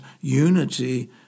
unity